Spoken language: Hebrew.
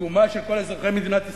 תקומה של כל אזרחי מדינת ישראל.